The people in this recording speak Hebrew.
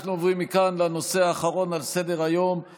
אם כן, 23 בעד, אין מתנגדים ואין נמנעים.